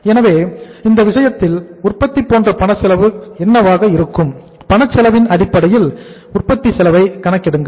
எனவே இந்த விஷயத்தில் உற்பத்தி போன்ற பணச்செலவு என்னவாக இருக்கும் பணச் செலவின் அடிப்படையில் உற்பத்தி செலவை கணக்கிடுங்கள்